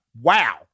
Wow